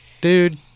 dude